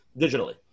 digitally